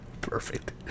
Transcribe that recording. Perfect